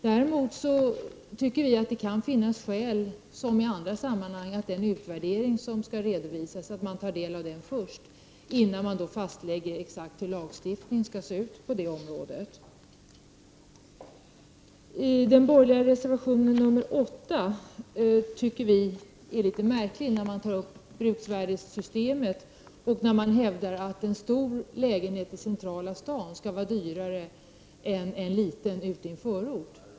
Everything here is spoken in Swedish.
Däremot tycker vi att man, liksom i andra sammanhang, först bör ta del av den utvärdering som skall göras, innan man exakt fastlägger hur lagstiftningen skall se ut. Vi tycker att den borgerliga reservationen 16 är litet märklig. Där behandlas bruksvärdessystemet, och man hävdar att en stor lägenhet i den centrala delen av staden skall vara dyrare än en liten i en förort.